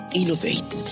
innovate